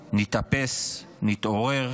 נתאפס, נתעורר